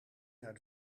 naar